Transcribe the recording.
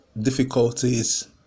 difficulties